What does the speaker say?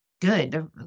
Good